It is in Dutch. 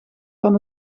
van